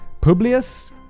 Publius